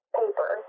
paper